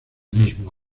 mismo